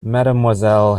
mademoiselle